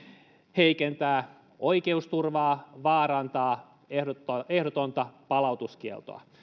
heikentää oikeusturvaa vaarantaa ehdotonta palautuskieltoa